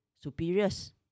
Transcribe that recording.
superiors